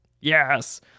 yes